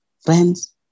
Friends